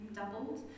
doubled